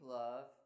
love